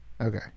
Okay